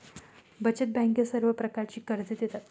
बचत बँकेत सर्व प्रकारची कर्जे देतात